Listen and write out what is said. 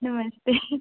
नमस्ते